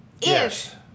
Yes